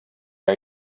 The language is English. are